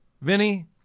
Vinny